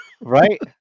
Right